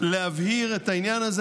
להבהיר את העניין הזה.